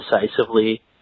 decisively